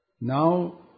Now